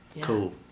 cool